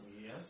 Yes